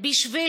בשביל